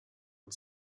and